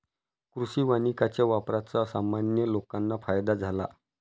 कृषी वानिकाच्या वापराचा सामान्य लोकांना फायदा झाला